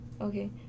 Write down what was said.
Okay